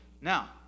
Now